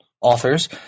authors